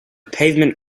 pavement